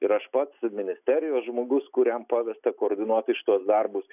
ir aš pats ministerijos žmogus kuriam pavesta koordinuoti šituos darbus